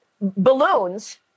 balloons